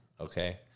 Okay